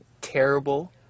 terrible